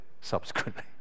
subsequently